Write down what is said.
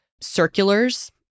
circulars